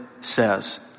says